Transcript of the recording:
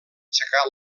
aixecar